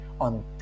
on